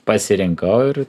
pasirinkau ir